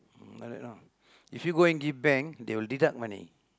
hmm like that ah if you go and give bank they will deduct money